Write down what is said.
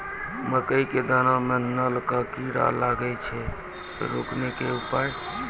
मकई के दाना मां नल का कीड़ा लागे से रोकने के उपाय?